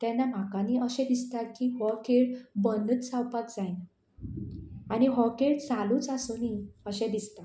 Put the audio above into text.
तेन्ना म्हाका न्ही अशें दिसता की हो खेळ बंदच जावपाक जाय आनी हो खेळ चालूच आसुनी अशें दिसता